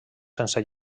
sense